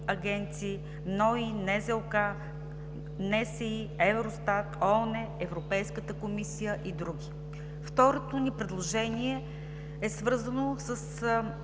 агенции, НОИ, НЗОК, НСИ, Евростат, ООН, Европейската комисия и други. Второто ни предложение е свързано с